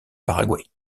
paraguay